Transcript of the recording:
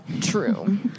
True